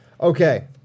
Okay